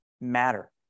matter